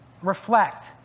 Reflect